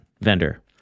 vendor